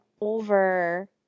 over